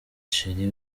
cheri